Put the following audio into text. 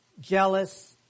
jealous